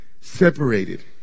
separated